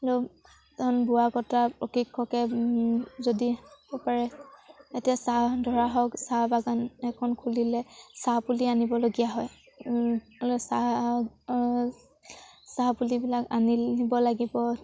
আৰু এজন বোৱা কটা প্ৰশিক্ষকে যদি কৰিব পাৰে এতিয়া চাহ ধৰা হওক চাহ বাগান এখন খুলিলে চাহ পুলি আনিবলগীয়া হয় চাহ চাহ পুলিবিলাক আনিব লাগিব